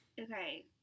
Okay